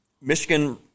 Michigan –